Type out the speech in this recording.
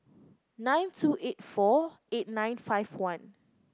nine two eight four eight nine five one